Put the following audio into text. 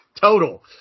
Total